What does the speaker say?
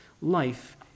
Life